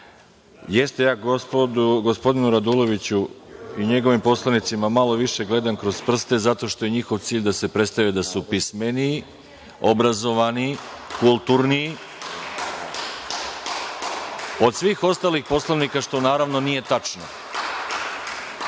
Jeste da ja gospodinu Raduloviću i njegovim poslanicima malo više gledam kroz prste zato što je njihov cilj da se predstave da su pismeniji, obrazovaniji, kulturniji od svih ostalih poslanika, što naravno nije tačno.